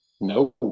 no